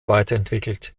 weiterentwickelt